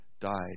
died